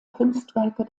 kunstwerke